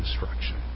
destruction